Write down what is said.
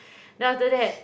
then after that